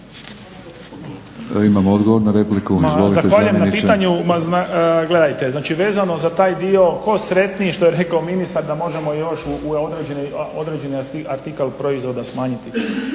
Imamo odgovor na repliku. Izvolite zamjeniče. **Lalovac, Boris** Zahvaljujem na pitanju. Ma gledajte, znači vezano za taj dio tko sretniji što je rekao ministar da možemo još određeni artikl proizvoda smanjiti.